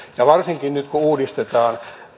ja varsinkin nyt kun uudistetaan